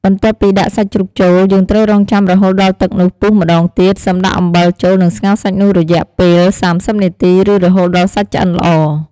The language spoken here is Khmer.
បន្ទាប់ពីដាក់សាច់ជ្រូកចូល យើងត្រូវរង់ចាំរហូតដល់ទឹកនោះពុះម្ដងទៀត សិមដាក់អំបិលចូល និងស្ងោរសាច់នោះរយៈពេល៣០នាទី ឬរហូតដល់សាច់ឆ្អិនល្អ។